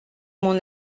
mon